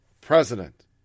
president